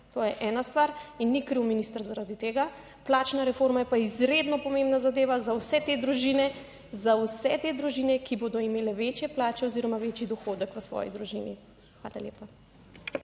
to je ena stvar, in ni kriv minister zaradi tega. Plačna reforma je pa izredno pomembna zadeva za vse te družine, za vse te družine, ki bodo imele večje plače oziroma večji dohodek v svoji družini. Hvala lepa.